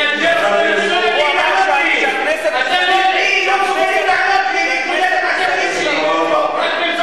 אתם לא מסוגלים לענות לי, רק באמצעות גזענות.